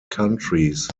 countries